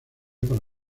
para